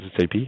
SAP